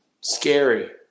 Scary